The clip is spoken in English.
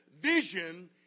vision